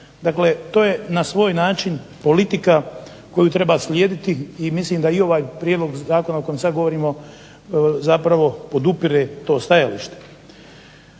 Dakle, to je na svoj način politika koju treba slijediti i mislim da i ovaj prijedlog zakona o kojem sad govorimo zapravo podupire to stajalište.